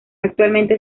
actualmente